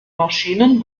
maschinen